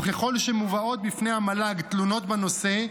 וככל שמובאות בפני המל"ג תלונות בנושא,